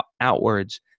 outwards